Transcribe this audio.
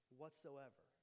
whatsoever